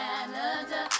Canada